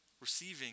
Receiving